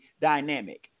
dynamic